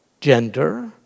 gender